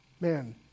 Man